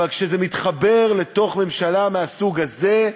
אבל כשזה מתחבר לממשלה מהסוג הזה,